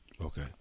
okay